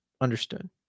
understood